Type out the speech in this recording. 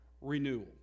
renewal